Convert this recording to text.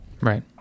right